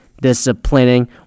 disciplining